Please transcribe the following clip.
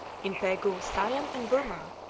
in pegu, siam, and burmah,